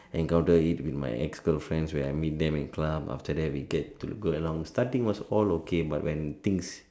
encounter it with my ex girlfriends where I meet them in club after that we get to go along starting was all okay but when things